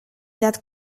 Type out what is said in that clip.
that